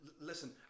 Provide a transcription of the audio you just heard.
listen